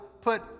put